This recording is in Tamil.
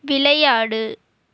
விளையாடு